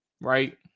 Right